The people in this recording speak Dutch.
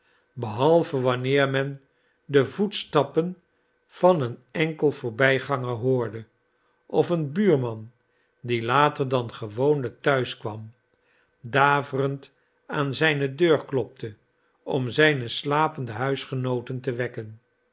behalve wanneer men de voetstappen van een enkel voorbyganger hoorde of een buurman die later dan gewoonlijk thuis kwam daverend aan zijne deur klopte om zijne slapende huisgenooten te wekken